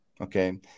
Okay